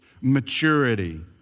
maturity